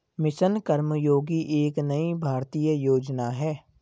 mission Karmayogi एक नई भारतीय योजना है